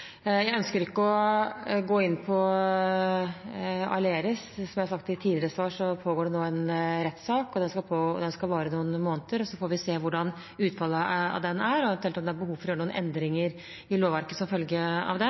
Jeg ønsker ikke å gå inn på Aleris. Som jeg har sagt i tidligere svar, pågår det nå en rettssak. Den skal vare noen måneder, og så får vi se hva utfallet av den blir, og om det eventuelt er behov for å gjøre noen endringer i lovverket som følge av